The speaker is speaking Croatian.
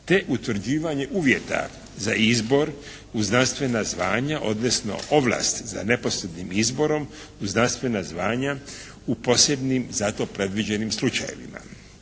te utvrđivanje uvjeta za izbor u znanstvena zvanja, odnosno ovlasti za neposrednim izborom u znanstvena zvanja u posebnim za to predviđenim slučajevima.